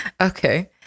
Okay